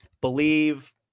believe